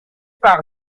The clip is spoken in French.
par